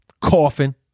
coughing